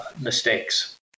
mistakes